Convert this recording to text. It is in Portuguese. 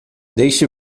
deixe